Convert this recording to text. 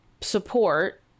support